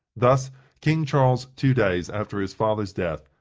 thus king charles, two days after his father's death,